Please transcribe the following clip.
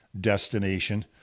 destination